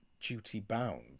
duty-bound